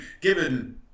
Given